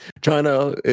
China